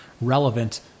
relevant